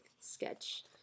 sketch